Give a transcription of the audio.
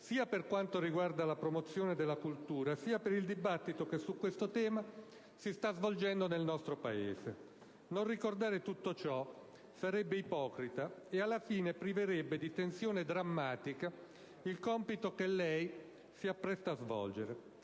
sia per quanto riguarda la promozione della cultura sia per il dibattito che su questo tema si è svolto nel nostro Paese. Non ricordare tutto ciò sarebbe ipocrita e alla fine priverebbe di tensione drammatica il compito che lei si appresta a svolgere.